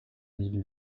mille